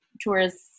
tourists